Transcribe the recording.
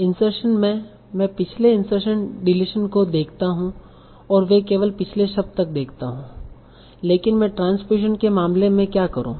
insertion में मैं पिछले इंसर्शन डिलीशन को देखता हूं मैं केवल पिछले शब्द तक देखता हूं लेकिन मैं ट्रांसपोज़िशन के मामले में क्या करूँ